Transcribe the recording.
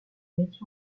métier